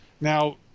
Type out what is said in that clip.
Now